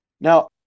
Now